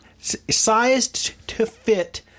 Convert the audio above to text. sized-to-fit